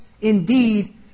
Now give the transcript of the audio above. indeed